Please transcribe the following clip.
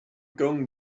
going